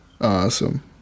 Awesome